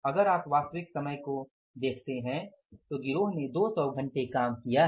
अगर आप वास्तविक समय को देखते तो गिरोह ने 200 घंटे काम किया है